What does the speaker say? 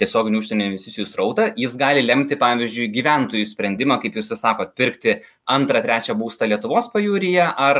tiesioginių užsienio investicijų srautą jis gali lemti pavyzdžiui gyventojų sprendimą kaip jūs ir sakot pirkti antrą trečią būstą lietuvos pajūryje ar